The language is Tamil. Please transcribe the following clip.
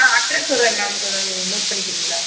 ஆ அட்ரஸ் சொல்கிறேன் மேம் கொஞ்சம் நோட் பண்ணிக்கிறிங்களா